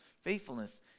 faithfulness